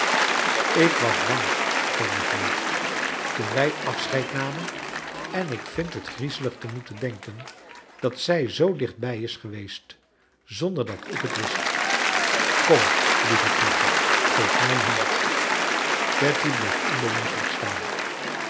ik was chables dickens bang voor miss wade toen wij afscheid namen en ik vind het griezelig te moeten denken dat zij zoo dicht bij is geweest zonder dat ik het wist kom lieve tatty geef inij een hand tatty bleef onbewegelijk staan